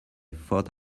thought